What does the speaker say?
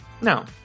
No